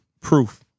proof